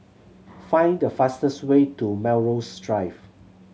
find the fastest way to Melrose Drive